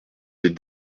des